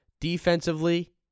Defensively